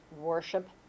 worship